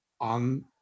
on